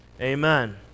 amen